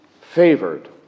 Favored